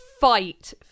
fight